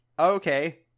Okay